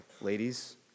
Ladies